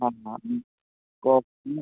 നന്നായി